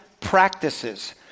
practices